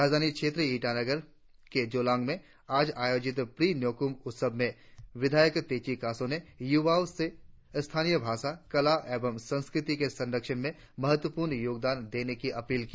राजधानी क्षेत्र ईटानगर के जोलांग आज आयोजित प्री न्योकूम उत्सव विधायक तेची कासो ने युवाओं से स्थानीय भाषा कला एवं संस्कृति के संरक्षण में महत्वपूर्ण योगदान देने की अपील की